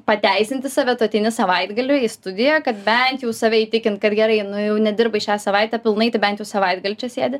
pateisinti save tu ateini savaitgaliui į studiją kad bent jau save įtikint kad gerai nu jau nedirbai šią savaitę pilnai tai bent jau savaitgalį čia sėdi